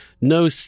No